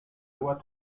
loi